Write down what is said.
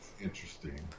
interesting